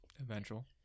Eventual